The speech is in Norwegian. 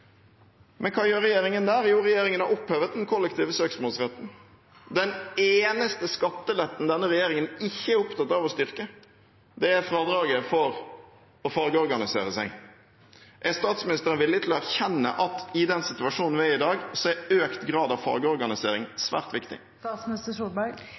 Men hva gjør regjeringen? Jo, regjeringen har opphevet den kollektive søksmålsretten. Den eneste skatteletten denne regjeringen ikke er opptatt av å styrke, er fradraget for å fagorganisere seg. Er statsministeren villig til å erkjenne at i den situasjonen vi er i i dag, er økt grad av